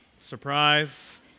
surprise